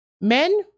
Men